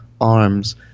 arms